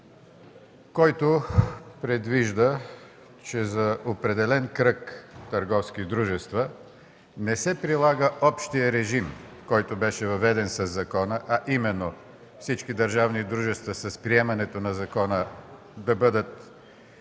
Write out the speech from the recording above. който предвижда, че за определен кръг търговски дружества не се прилага общият режим, който беше въведен със закона, а именно – всички държавни дружества с приемането на закона да бъдат